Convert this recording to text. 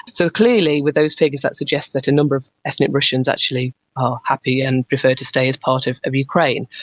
so clearly with those figures that suggests that a number of ethnic russians actually are happy and prefer to stay as part of of ukraine.